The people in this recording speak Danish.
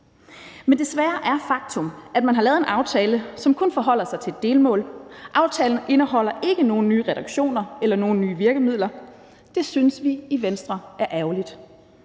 Men desværre er faktum, at man har lavet en aftale, som kun forholder sig til et delmål. Aftalen indeholder ikke nogen nye reduktioner eller nogen nye virkemidler, og det synes vi i Venstre er ærgerligt.